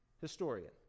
historian